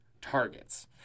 targets